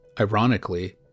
Ironically